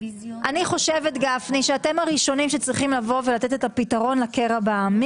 אני חושבת גפני שאתם הראשונים שצריכים לבוא ולתת את הפתרון לקרע בעם.